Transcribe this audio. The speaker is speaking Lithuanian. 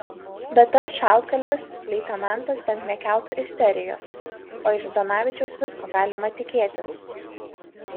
bet tas šaltkalvis leitenantas bent nekeltų isterijos o iš zdanavičiaus visko galima tikėtis